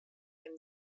him